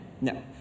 no